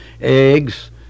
Eggs